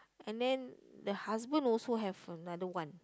and then the husband also have another one